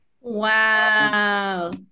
Wow